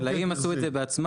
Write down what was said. הם עשו את זה בעצמם.